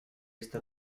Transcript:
está